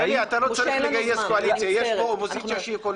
ומצד שני צריך לדאוג שיהיו 4.5 מ"ר על פי החלטת בג"ץ.